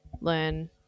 learn